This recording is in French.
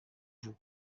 vous